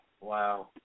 Wow